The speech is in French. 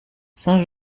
saint